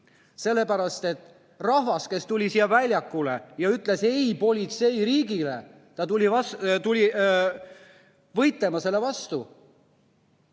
seda riiki. Rahvas, kes tuli siia väljakule ja ütles ei politseiriigile, tuli võitlema selle vastu,